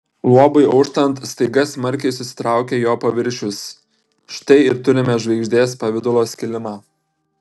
luobui auštant staiga smarkiai susitraukė jo paviršius štai ir turime žvaigždės pavidalo skilimą